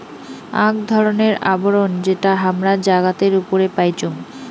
আক ধরণের আবরণ যেটা হামরা জাগাতের উপরে পাইচুং